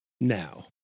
Now